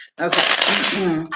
Okay